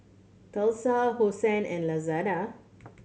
Tesla Hosen and Lazada